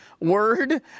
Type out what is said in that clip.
Word